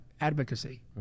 advocacy